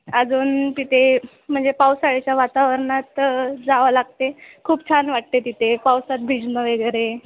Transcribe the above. अजून तिथे म्हणजे पावसाळ्याच्या वातावरणात जावं लागते खूप छान वाटते तिथे पावसात भिजणं वगैरे